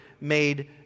made